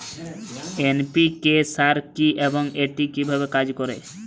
NPK সার কি এবং এটি কিভাবে কাজ করে?